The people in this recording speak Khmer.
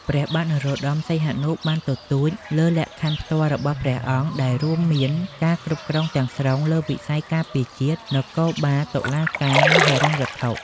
ព្រះបាទនរោត្តម សីហនុបានទទូចលើលក្ខខណ្ឌផ្ទាល់របស់ព្រះអង្គ ដែលរួមមានការគ្រប់គ្រងទាំងស្រុងលើវិស័យការពារជាតិ នគរបាល តុលាការ និងហិរញ្ញវត្ថុ។